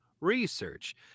research